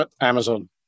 Amazon